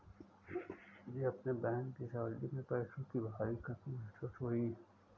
मुझे अपने बहन की शादी में पैसों की भारी कमी महसूस हुई